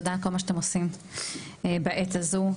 תודה על כל מה שאתם עושים בעת הזו.